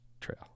Trail